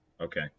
Okay